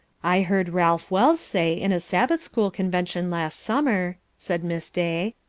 i heard ralph wells say, in a sabbath-school convention last summer, said miss day,